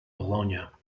bologna